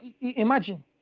imagine